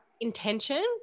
intention